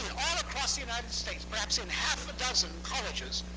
all across the united states, perhaps in half a dozen colleges,